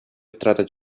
втрата